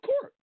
court